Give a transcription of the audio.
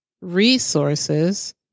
resources